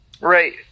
Right